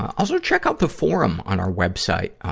also, check out the forum on our web site.